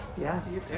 Yes